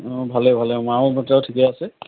অঁ ভালেই ভালেই মা আৰু দেউতাও ঠিকে আছে